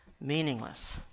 meaningless